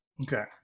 okay